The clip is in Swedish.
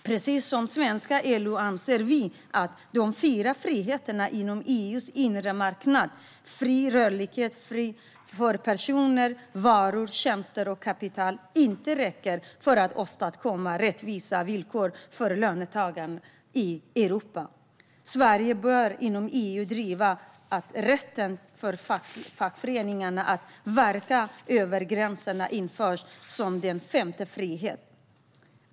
Precis som svenska LO anser vi att de fyra friheterna inom EU:s inre marknad - fri rörlighet för personer, varor, tjänster och kapital - inte räcker för att åstadkomma rättvisa villkor för löntagarna i Europa. Sverige bör inom EU driva att rätten för fackföreningarna att verka över gränserna införs som en femte frihet.